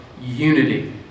unity